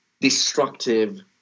destructive